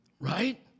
Right